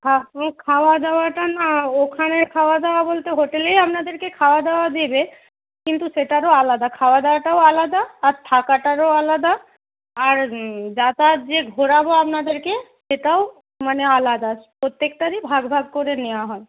আপনি খাওয়া দাওয়াটা না ওখানের খাওয়া দাওয়া বলতে হোটেলেই আপনাদেরকে খাওয়া দাওয়া দেবে কিন্তু সেটারও আলাদা খাওয়া দাওয়াটাও আলাদা আর থাকাটারও আলাদা আর যাতায়াত যে ঘোরাব আপনাদেরকে সেটাও মানে আলাদার প্রত্যেকটারই ভাগ ভাগ করে নেওয়া হয়